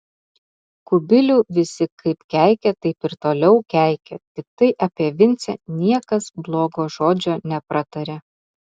kubilių visi kaip keikė taip ir toliau keikė tiktai apie vincę niekas blogo žodžio nepratarė